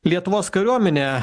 lietuvos kariuomenė